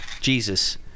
Jesus